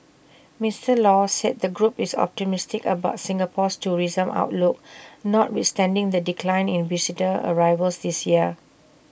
Mister law said the group is optimistic about Singapore's tourism outlook notwithstanding the decline in visitor arrivals this year